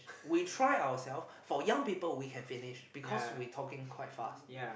we try ourself for young people we can finish because we talking quite fast